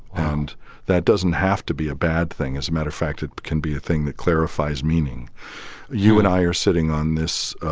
and that doesn't have to be a bad thing. as a matter of fact, it can be thing that clarifies meaning you and i are sitting on this,